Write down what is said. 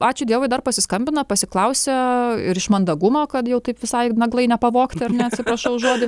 ačiū dievui dar pasiskambina pasiklausia ir iš mandagumo kad jau taip visai naglai nepavogt ar ne atsiprašau už žodį